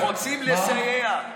רוצים לסייע.